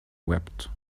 wept